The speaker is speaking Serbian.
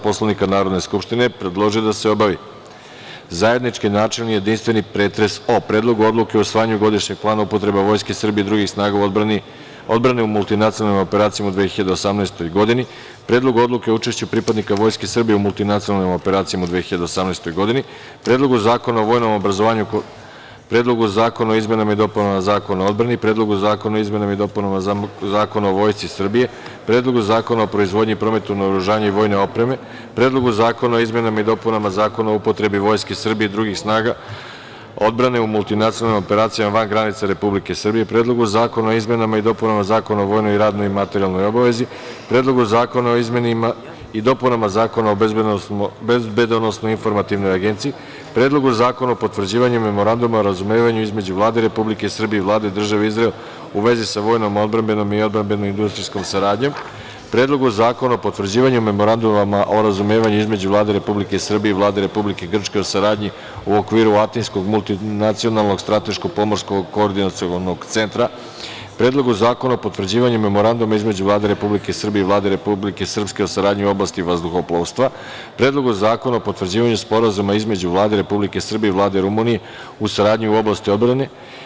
Poslovnika Narodne skupštine, predložio je da se obavi zajednički načelni i jedinstveni pretres o Predlogu odluke o usvajanju Godišnjeg plana upotrebe Vojske Srbije i drugih snaga odbrane u multinacionalnim operacijama u 2018. godini; Predlogu odluke o učešću pripadnika Vojske Srbije u multinacionalnim operacijama u 2018. godini; Predlogu zakona o vojnom obrazovanju; Predlogu zakona o izmenama i dopunama Zakona o odbrani; Predlogu zakona o izmenama i dopunama Zakona o Vojsci Srbije; Predlogu zakona o proizvodnji i prometu naoružanja i vojne opreme; Predlogu zakona o izmenama i dopunama Zakona o upotrebi Vojske Srbije i drugih snaga odbrane u multinacionalnim operacijama van granica Republike Srbije; Predlogu zakona o izmenama i dopunama Zakona o vojnoj, radnoj i materijalnoj obavezi; Predlogu zakona o izmenama i dopunama Zakona o bezbednosno-informativnoj agenciji; Predlogu zakona o potvrđivanju Memoranduma o razumevanju između Vlade Republike Srbije i Vlade Države Izrael u vezi sa vojnom, odbrambenom i odbrambenom-industrijskom saradnjom; Predlogu zakona o potvrđivanju Memoranduma o razumevanju između Vlade Republike Srbije i Vlade Republike Grčke o saradnji u okviru Atinskog multinacionalnog strateško-pomorskog koordinacionog centra; Predlogu zakona o potvrđivanju Memoranduma između Vlade Republike Srbije i Vlade Republike Srpske o saradnji u oblasti vazduhoplovstva; Predlogu zakona o potvrđivanju Sporazuma između Vlade Republike Srbije i Vlade Rumunije o saradnji u oblasti odbrane.